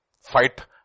Fight